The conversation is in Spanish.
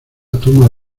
toma